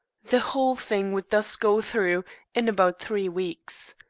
the whole thing would thus go through in about three weeks.